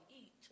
eat